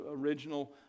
original